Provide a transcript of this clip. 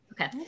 Okay